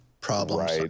problems